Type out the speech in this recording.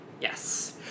Yes